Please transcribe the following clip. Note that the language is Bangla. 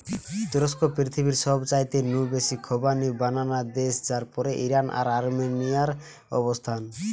তুরস্ক পৃথিবীর সবচাইতে নু বেশি খোবানি বানানা দেশ যার পরেই ইরান আর আর্মেনিয়ার অবস্থান